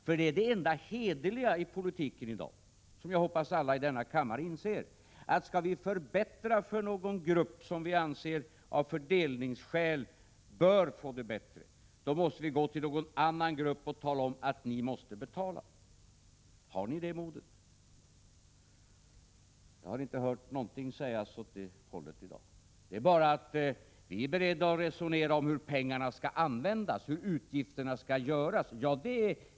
Skall vi förbättra för någon grupp som av fördelningsskäl bör få det bättre, är det enda hederliga i politiken i dag — vilket jag hoppas att alla i denna kammare inser — att gå till någon annan grupp och tala om att det är den som måste betala. Har ni det modet? Jag har inte hört någonting sägas åt det hållet i dag. Det har bara handlat om att ni är beredda att resonera om hur pengarna skall användas, hur utgifterna skall göras.